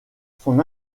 son